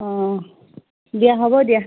অ' দিয়া হ'ব দিয়া